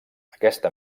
aquesta